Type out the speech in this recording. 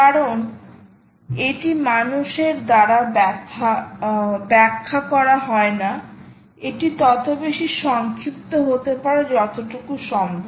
কারণ এটি মানুষের দ্বারা ব্যাখ্যা করা হয় না এটি তত বেশি সংক্ষিপ্ত হতে পারে যতটুকু সম্ভব